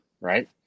right